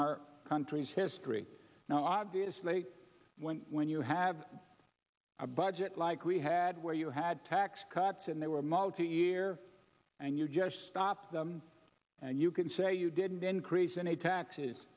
our country's history now obviously when when you have a budget like we had where you had tax cuts and they were multi year and you just stop them and you can say you didn't increase in a taxes